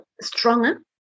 stronger